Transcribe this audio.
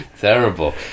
Terrible